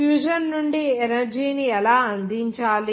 fusion నుండి energy ని ఎలా అందించాలి